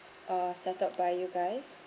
uh settled by you guys